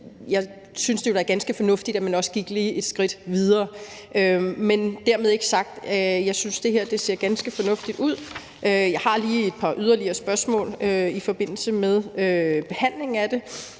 jeg synes, det ville være ganske fornuftigt, at man også lige gik et skridt videre. Men det her ser ganske fornuftigt ud. Jeg har lige et par yderligere spørgsmål i forbindelse med behandlingen af det,